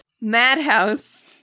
Madhouse